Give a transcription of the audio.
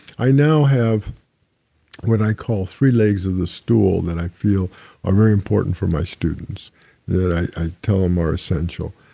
i now have what i call three legs of the stool that i feel are very important for my students that i tell them are essential.